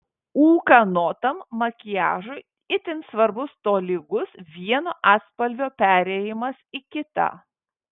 ūkanotam makiažui itin svarbus tolygus vieno atspalvio perėjimas į kitą